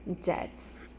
debts